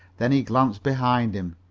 then he glanced behind him.